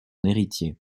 héritier